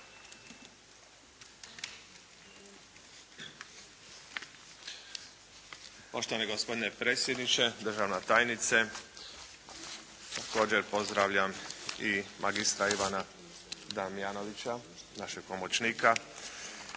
Poštovani gospodine predsjedniče, državna tajnice! Također pozdravljam i magistra Ivana Damjanovića, našeg pomoćnika!